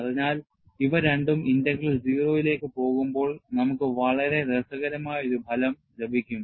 അതിനാൽ ഇവ രണ്ടും ഇന്റഗ്രൽ 0 ലേക്ക് പോകുമ്പോൾ നമുക്ക് വളരെ രസകരമായ ഒരു ഫലം ലഭിക്കും